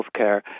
healthcare